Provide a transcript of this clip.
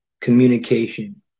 Communication